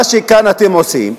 מה שכאן אתם עושים,